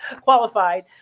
qualified